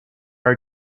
are